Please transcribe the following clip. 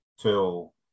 till